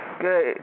Good